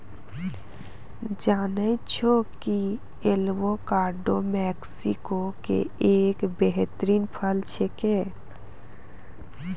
जानै छौ कि एवोकाडो मैक्सिको के एक बेहतरीन फल छेकै